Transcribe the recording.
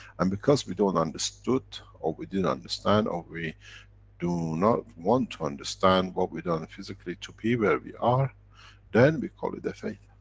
and because we don't understood or we didn't understand or we do not want to understand, what we done physically to be where we are then we call it, a fate.